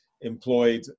employed